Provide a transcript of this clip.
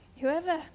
whoever